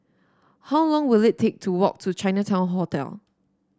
how long will it take to walk to Chinatown Hotel